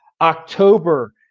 October